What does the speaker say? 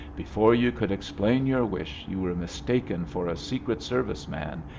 before you could explain your wish you were mistaken for a secret-service man,